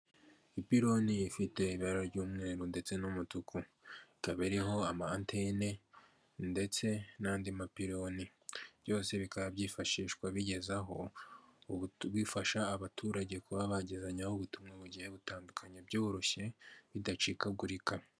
Ipiloni ifite ibara ry'umweru ndetse n'umutuku, ikaba iriho amatene ndetse n'andi mapiloni byose bikaba byifashishwa bigezeho bifasha abaturage kuba bagezanyeho ubutumwa bigiye butandukanye byoroshye bidacikagurika.